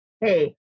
hey